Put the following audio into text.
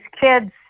kids